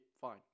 fine